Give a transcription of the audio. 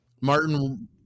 Martin